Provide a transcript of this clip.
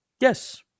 Yes